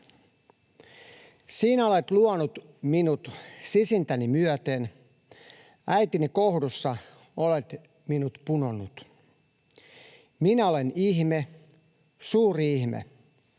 ”Sinä olet luonut minut sisintäni myöten, äitini kohdussa olet minut punonut. Minä olen ihme, suuri ihme,